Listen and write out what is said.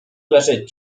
leżeć